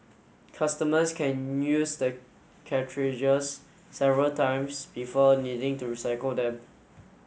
customers can use the cartridges several times before needing to recycle them